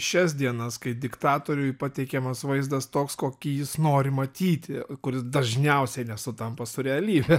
šias dienas kai diktatoriui pateikiamas vaizdas toks kokį jis nori matyti kuris dažniausiai nesutampa su realybe